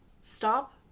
stop